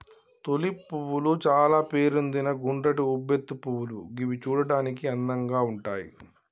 tulip పువ్వులు చాల పేరొందిన గుండ్రటి ఉబ్బెత్తు పువ్వులు గివి చూడడానికి అందంగా ఉంటయ్